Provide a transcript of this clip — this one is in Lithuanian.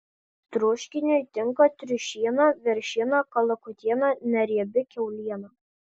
troškiniui tinka triušiena veršiena kalakutiena neriebi kiauliena